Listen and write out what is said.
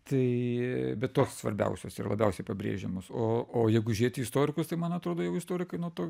tai be tos svarbiausios ir labiausiai pabrėžiamos o o jeigu žiūrėt į istorikus tai man atrodo jau istorikai nuo to